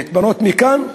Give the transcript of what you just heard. להתפנות מכאן,